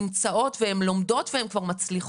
היום הן נמצאות והן לומדות והן גם מצליחות.